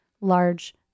large